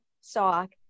sock